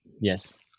Yes